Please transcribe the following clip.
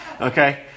okay